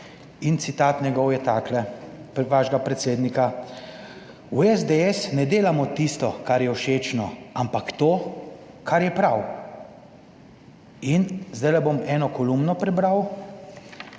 in citat njegov je takle, vašega predsednika: "V SDS ne delamo tisto kar je všečno, ampak to kar je prav." In zdaj bom eno kolumno prebral,